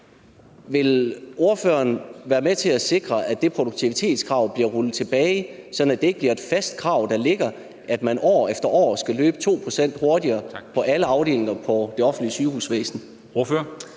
Vil ordføreren være med til at sikre, at det produktivitetskrav bliver rullet tilbage, sådan at det ikke bliver et fast krav, der ligger, at man år efter år skal løbe 2 pct. hurtigere på alle afdelinger i det offentlige sygehusvæsen?